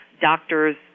Doctors